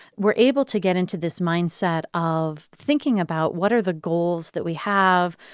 we're able to get into this mindset of thinking about, what are the goals that we have?